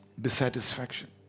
dissatisfaction